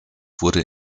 wurde